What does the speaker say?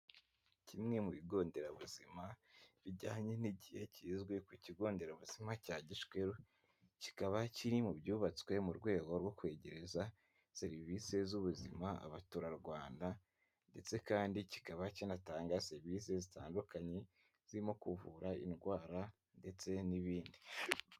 Kimwe mu bigo nderabuzima bijyanye n'igihe kizwi ku kigo nderabuzima cya Gishweru, kikaba kiri mu byubatswe mu rwego rwo kwegereza serivisi z'ubuzima abaturarwanda ndetse kandi kikaba kinatanga serivisi zitandukanye, zirimo kuvura indwara ndetse n'ibindi.